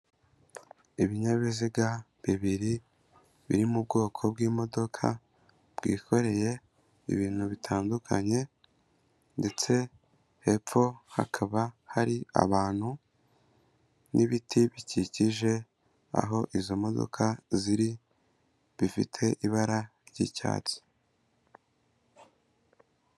Ibinyabiziga bibiri biri mu bwoko bw'imodoka bwikoreye ibintu bitandukanye ndetse hepfo hakaba hari abantu n'ibiti bikikije aho izo modoka ziri, bifite ibara ry'icyatsi.